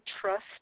trust